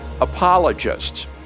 apologists